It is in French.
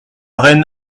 reine